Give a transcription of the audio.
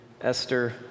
Esther